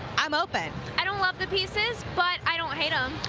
i'm open. i don't love the pieces, but i don't hate um